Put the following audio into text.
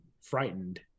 frightened